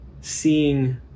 seeing